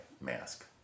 mask